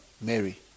mary